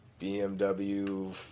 bmw